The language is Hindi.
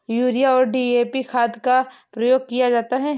यूरिया और डी.ए.पी खाद का प्रयोग किया जाता है